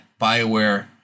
Bioware